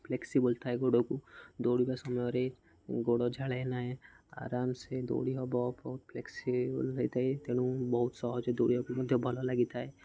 flexible ଥାଏ ଗୋଡ଼କୁ ଦୌଡ଼ିବା ସମୟରେ ଗୋଡ଼ ଝାଳେ ନାହିଁ ଆରାମସେ ଦୌଡ଼ି ହବ ବହୁତ ଫ୍ଲେକ୍ସିିବୁଲ୍ ହେଇଥାଏ ତେଣୁ ବହୁତ ସହଜରେ ଦୌଡ଼ିବାକୁ ମଧ୍ୟ ଭଲ ଲାଗିଥାଏ